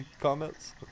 comments